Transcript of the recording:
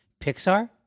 Pixar